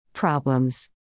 Problems